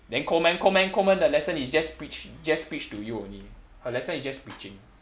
then coleman coleman coleman the lesson is just preach just preach to you only her lesson is just preaching